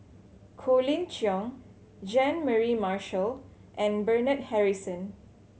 Colin Cheong Jean Mary Marshall and Bernard Harrison